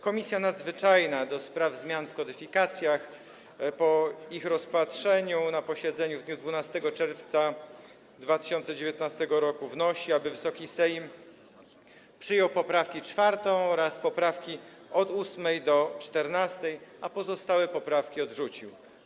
Komisja Nadzwyczajna do spraw zmian w kodyfikacjach po ich rozpatrzeniu na posiedzeniu w dniu 12 czerwca 2019 r. wnosi, aby Wysoki Sejm przyjął poprawkę 4. oraz poprawki od 8. do 14., a pozostałe poprawki odrzucił.